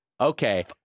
Okay